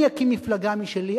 אני אקים מפלגה משלי.